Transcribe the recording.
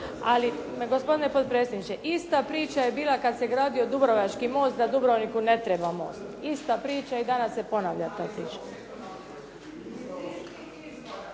Ali gospodine potpredsjedniče, ista priča je bila kada se gradio dubrovački most, da dubrovniku ne treba most. Ista priča i danas se ponavlja ta priča.